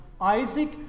Isaac